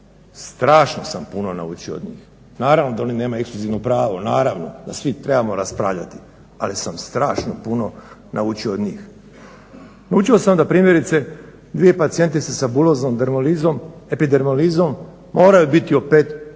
strašno sam puno naučio od njih. Naravno da oni nemaju ekskluzivno pravo, naravno da svi trebamo raspravljati ali sam strašno puno naučio od njih. Naučio sam da primjerice dvije pacijentice sa buloznom epidermalizom moraju biti operirane